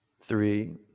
Three